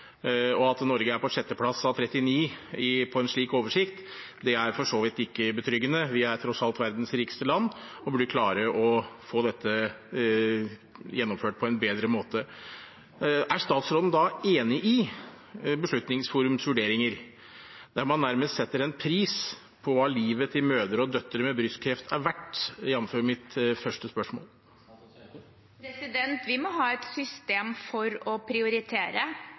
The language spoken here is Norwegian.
Og at Norge er på sjetteplass av 39 på en slik oversikt, er for så vidt ikke betryggende. Vi er tross alt verdens rikeste land og burde klare å få dette gjennomført på en bedre måte. Er statsråden da enig i Beslutningsforums vurderinger, der man nærmest setter en pris på hva livet til mødre og døtre med brystkreft er verdt, jf. mitt første spørsmål? Vi må ha et system for å prioritere,